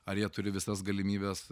ar jie turi visas galimybes